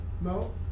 No